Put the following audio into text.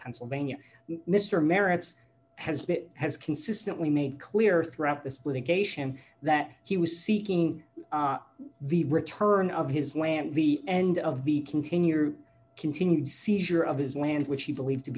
pennsylvania mr maritz has been has consistently made clear throughout this litigation that he was seeking the return of his land the end of the continue continued seizure of his land which he believed to